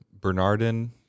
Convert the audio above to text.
Bernardin